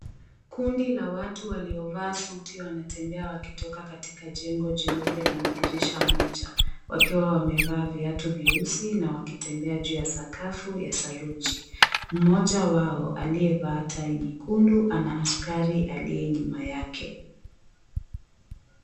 Kundi la watu waliovaa suti wanatembea wakitoka katika jengo jeupe lenye dirisha moja. Wakiwa wamevaa viatu vyeusi, na wakitembea juu ya sakafu ya saruji. Mmoja wao aliyevaa tai nyekundu ana askari aliye nyuma yake.